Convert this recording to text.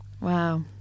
wow